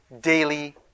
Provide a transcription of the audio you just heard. daily